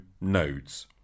nodes